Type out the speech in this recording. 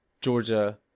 Georgia